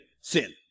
sin